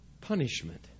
Punishment